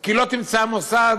כי לא תמצא מוסד,